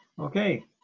Okay